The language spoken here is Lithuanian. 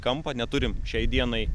kampą neturim šiai dienai